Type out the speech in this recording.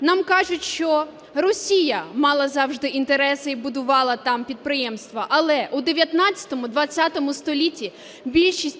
Нам кажуть, що Росія мала завжди інтереси і будувала там підприємства. Але у ХІХ-ХХ столітті більшість